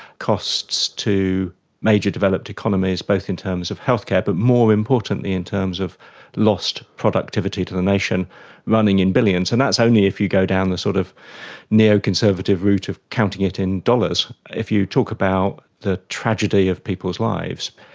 costs to major developed economies, both in terms of healthcare but more importantly in terms of lost productivity to the nation running in billions, and that's only if you go down the sort of neoconservative route of counting it in dollars. if you talk about the tragedy of people's lives,